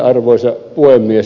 arvoisa puhemies